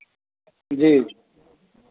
जी